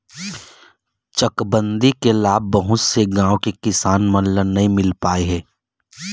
चकबंदी के लाभ बहुत से गाँव के किसान मन ल नइ मिल पाए हे